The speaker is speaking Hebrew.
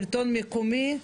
שלטון מקומי,